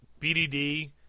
BDD